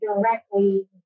directly